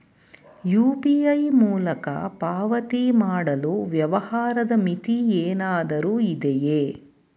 UPI ಮೂಲಕ ಪಾವತಿ ಮಾಡಲು ವ್ಯವಹಾರದ ಮಿತಿ ಏನಾದರೂ ಇದೆಯೇ?